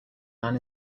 man